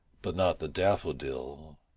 but not the daffodil,